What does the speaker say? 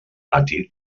pati